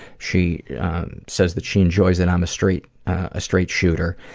she says that she enjoys that i'm a straight ah straight shooter.